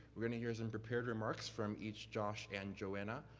we're gonna hear some prepared remarks from each josh and joanna,